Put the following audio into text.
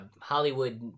Hollywood